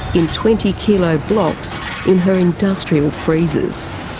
in twenty kilo blocks, in her industrial freezers.